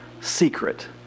secret